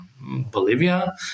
Bolivia